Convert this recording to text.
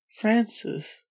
Francis